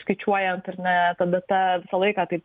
skaičiuojant ar ne ta data visą laiką taip